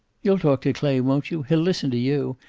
you'll talk to clay, won't you? he'll listen to you.